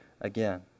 again